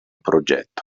progetto